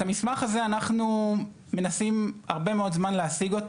את המסמך הזה אנחנו מנסים הרבה מאוד להשיג.